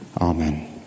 Amen